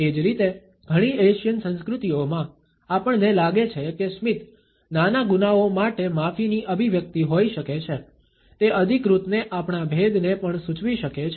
એ જ રીતે ઘણી એશિયન સંસ્કૃતિઓમાં આપણને લાગે છે કે સ્મિત નાના ગુનાઓ માટે માફીની અભિવ્યક્તિ હોઈ શકે છે તે અધિકૃતને આપણા ભેદને પણ સૂચવી શકે છે